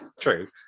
true